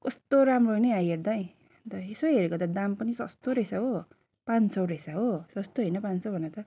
कस्तो राम्रो नि हेर्दै अन्त यसो हेरेको त दाम पनि सस्तो रहेछ हो पाँच सय रहेछ हो सस्तो होइन पाँच सय भन त